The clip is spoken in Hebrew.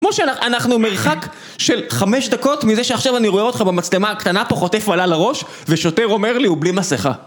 כמו שאנחנו מרחק של חמש דקות מזה שעכשיו אני רואה אותך במצלמה הקטנה, פה חוטף אלה לראש ושוטר אומר לי הוא בלי מסכה